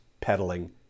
peddling